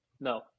No